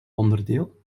onderdeel